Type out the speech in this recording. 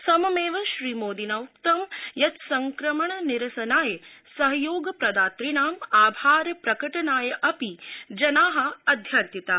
सममेव श्रीमोदिना उक्तं यत् संक्रमण निरसनाय सहयोग प्रदातृणां आभार प्रकटनाय अपि जनाः अध्यर्थिताः